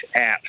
apps